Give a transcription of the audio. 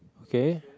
okay